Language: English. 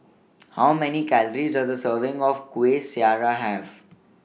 How Many Calories Does A Serving of Kuih Syara Have